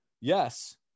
Yes